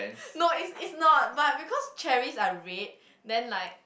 no it's it's not but because cherries are red then like